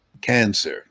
cancer